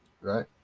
right